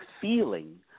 feeling